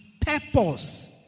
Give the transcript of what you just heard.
purpose